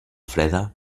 freda